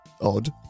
odd